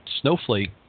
snowflake